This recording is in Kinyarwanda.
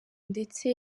ndetse